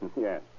Yes